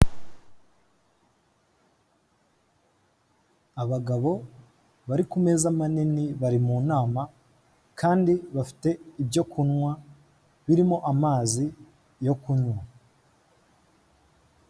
Abagabo bari ku meza manini bari mu nama kandi bafite ibyo kunywa birimo amazi yo kunywa.